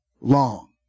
long